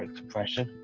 ah depression.